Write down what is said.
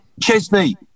Chesney